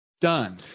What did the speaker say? Done